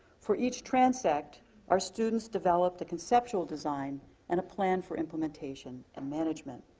for each transect our students developed a conceptual design and a plan for implementation and management.